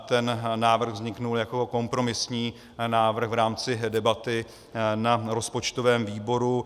Ten návrh vznikl jako kompromisní návrh v rámci debaty na rozpočtovém výboru.